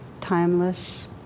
timeless